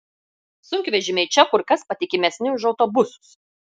sunkvežimiai čia kur kas patikimesni už autobusus